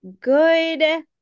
Good